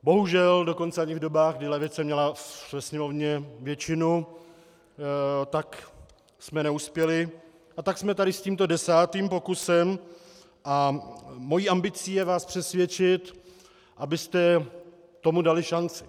Bohužel ani v dobách, kdy levice měla ve Sněmovně většinu, jsme neuspěli, a tak jsme tady s tímto desátým pokusem a mou ambicí je vás přesvědčit, abyste tomu dali šanci.